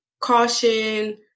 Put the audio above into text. caution